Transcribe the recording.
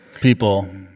people